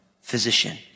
physician